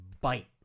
bite